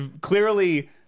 clearly